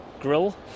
grill